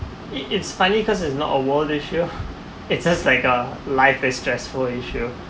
it it's funny because it's not a world issue it's just like a life is stressful issue